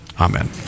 amen